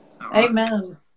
Amen